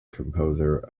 composer